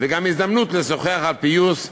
והזדמנות לשוחח על פיוס,